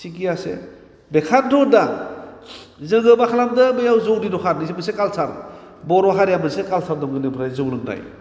थिगे आसे बेखायनोथ' होनदों आं जोङो मा खालामदों बैयाव जौनि दखान बिबो मोनसे काल्सार बर' हारिया मोनसे काल्सार दं गोदोनिफ्राय जौ लोंनाय